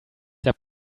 der